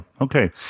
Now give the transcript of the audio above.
Okay